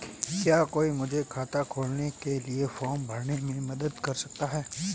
क्या कोई मुझे खाता खोलने के लिए फॉर्म भरने में मदद कर सकता है?